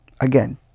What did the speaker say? Again